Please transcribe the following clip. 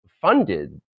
funded